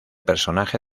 personaje